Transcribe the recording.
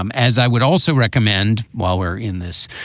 um as i would also recommend while we're in this